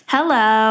Hello